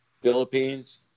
Philippines